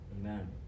Amen